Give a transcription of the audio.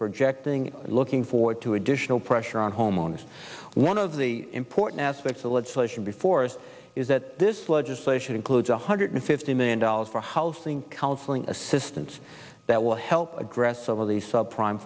projecting looking forward to additional pressure on homeowners one of the important aspects of legislation before us is that this legislation includes one hundred fifty million dollars for housing counseling assist and that will help address some of the subprime